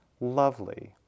lovely